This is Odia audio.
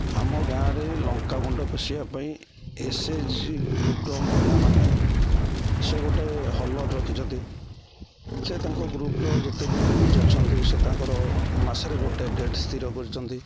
ଆମ ଗାଁରେ ଲଙ୍କା ଗୁଣ୍ଡ ପେଷିବା ପାଇଁ ଏସ୍ ଏଚ୍ ଜି ଗ୍ରୁପ୍ର ମହିଳାମାନେ ସେ ଗୋଟେ ହଲର୍ ରଖିଛନ୍ତି ସେ ତାଙ୍କ ଗ୍ରୁପ୍ର ଯେତେ ବିି ଲେଡ଼ିଜ୍ ଅଛନ୍ତି ସେ ତାଙ୍କର ମାସରେ ଗୋଟେ ଡେଟ୍ ସ୍ଥିର କରିଛନ୍ତି